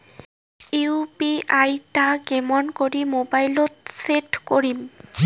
UPI টা কেমন করি মোবাইলত সেট করিম?